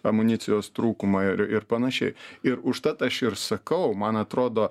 amunicijos trūkumą ir ir panašiai ir užtat aš ir sakau man atrodo